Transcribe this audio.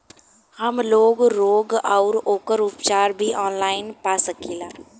हमलोग रोग अउर ओकर उपचार भी ऑनलाइन पा सकीला?